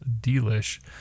delish